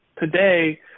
today